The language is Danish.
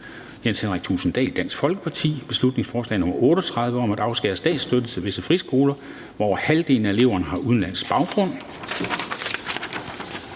B 38 (Forslag til folketingsbeslutning om at afskære statsstøtte til visse friskoler, hvor over halvdelen af eleverne har udenlandsk baggrund).